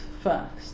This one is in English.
first